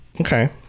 okay